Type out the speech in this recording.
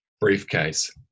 briefcase